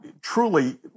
truly